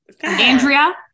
andrea